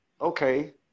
okay